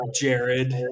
Jared